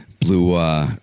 Blue